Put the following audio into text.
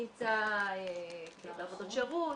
נמצא בעבודות שירות,